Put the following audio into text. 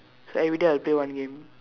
so everyday I'll play one game